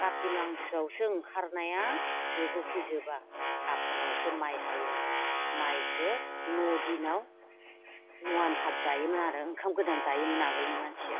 काटि मासआवसो ओंखारनाया जोबोखि जोबा आघोनावसो माइ हायोमोन माइखौ नौ दिनाव नवान भात जायोमोन आरो ओंखाम गोदान जायोमोन आगोलनि मानसिया